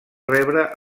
rebre